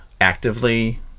actively